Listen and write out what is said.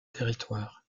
territoire